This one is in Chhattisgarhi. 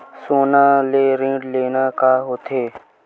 सोना ले ऋण लेना का होथे?